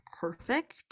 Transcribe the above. perfect